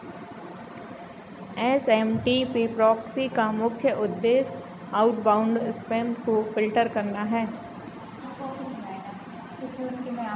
S M T P proxy का मुख्य उद्देश्य आउटबाउंड स्पैम को फ़िल्टर करना है